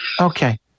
Okay